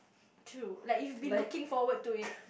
true like you've been looking forward to it